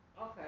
Okay